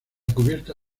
cubierta